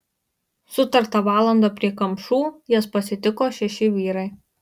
sutartą valandą prie kamšų jas pasitiko šeši vyrai